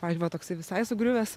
pavyzdžiui va toksai visai sugriuvęs